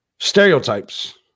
Stereotypes